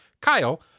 Kyle